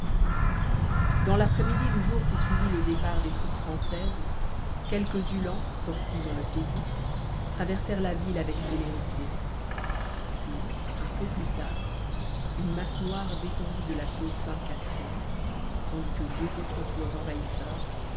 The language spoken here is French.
dans l'après-midi du jour qui suivit le départ des troupes françaises quelques uhlans sortis on ne sait d'où traversèrent la ville avec célérité puis un peu plus tard une masse noire descendit de la côte sainte-catherine tandis que deux autres flots envahisseurs